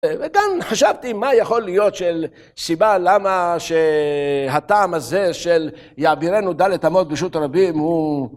וגם חשבתי מה יכול להיות של סיבה למה שהטעם הזה של יעבירנו דלת עמוד בישות רבים הוא